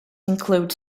include